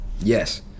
Yes